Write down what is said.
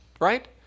Right